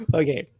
okay